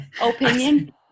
Opinion